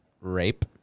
rape